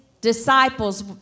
Disciples